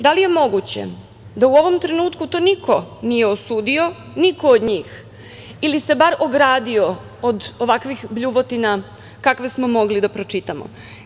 Da li je moguće da u ovom trenutku to niko nije osudio, niko od njih, ili se bar ogradio od ovakvih bljuvotina kakve smo mogli da pročitamo?